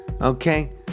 okay